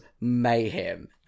mayhem